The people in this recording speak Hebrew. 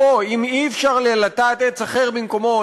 או אם אי-אפשר לטעת עץ אחר במקומו,